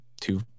two